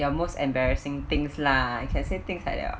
your most embarrassing things lah you can say things like that [what]